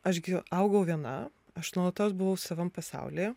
aš gi augau viena aš nuolatos buvau savam pasaulyje